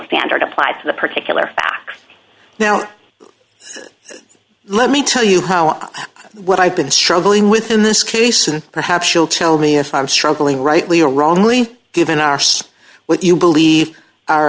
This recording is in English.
standard applied to the particular acts now let me tell you how i what i've been struggling with in this case and perhaps you'll tell me if i'm struggling rightly or wrongly given arse what you believe our